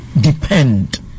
depend